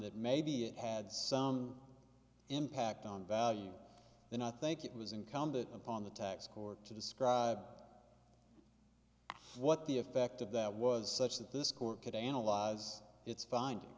that maybe it had some impact on value then i think it was incumbent upon the tax court to describe what the effect of that was such that this court could analyze its